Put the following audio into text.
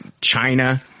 China